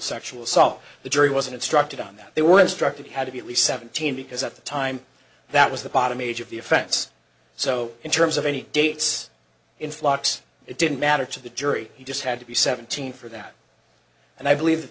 sexual assault the jury was instructed on that they were instructed had to be at least seventeen because at the time that was the bottom age of the offense so in terms of any dates in flocks it didn't matter to the jury he just had to be seventeen for that and i believe that